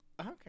okay